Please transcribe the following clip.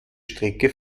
strecke